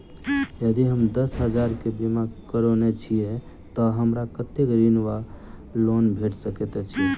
यदि हम दस हजार केँ बीमा करौने छीयै तऽ हमरा कत्तेक ऋण वा लोन भेट सकैत अछि?